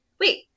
wait